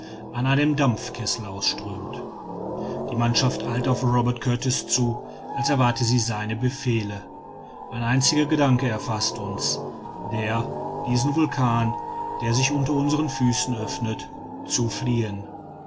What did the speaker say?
an einem dampfkessel ausströmt die mannschaft eilt auf robert kurtis zu als erwarte sie seine befehle ein einziger gedanke erfaßt uns der diesen vulkan der sich unter unseren füßen öffnet zu fliehen